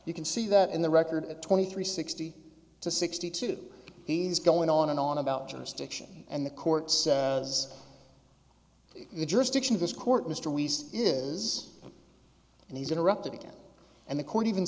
you can see that in the record twenty three sixty to sixty two he's going on and on about jurisdiction and the courts as the jurisdiction of this court mysteries is and he's interrupted again and the court even